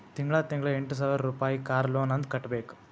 ತಿಂಗಳಾ ತಿಂಗಳಾ ಎಂಟ ಸಾವಿರ್ ರುಪಾಯಿ ಕಾರ್ ಲೋನ್ ಅಂತ್ ಕಟ್ಬೇಕ್